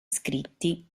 scritti